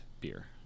beer